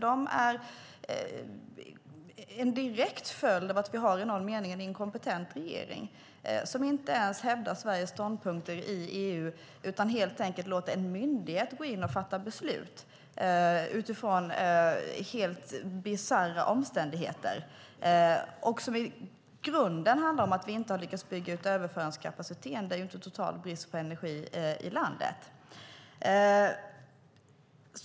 De är ju en direkt följd av att vi i någon mening har en inkompetent regering som inte ens hävdar Sveriges ståndpunkter i EU, utan helt enkelt låter en myndighet gå in och fatta beslut utifrån helt bisarra omständligheter, vilket i grunden handlar om att vi inte har lyckats bygga ut överföringskapaciteten; det är ju inte en total brist på energi i landet.